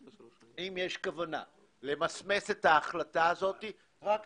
יש כוונה למסמס את ההחלטה הזאת רק תגידו.